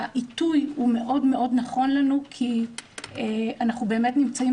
העיתוי מאוד נכון לנו כי אנחנו באמת נמצאים